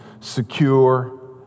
secure